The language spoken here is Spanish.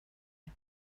día